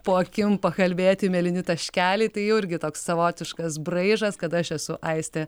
po akim pakalbėti mėlyni taškeliai tai jau irgi toks savotiškas braižas kad aš esu aistė